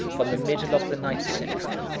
from the middle of the ninth century.